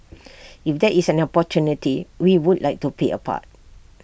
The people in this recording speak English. if there is an opportunity we would like to play A part